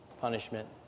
punishment